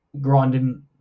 grinding